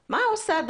דיון מהסוג הזה,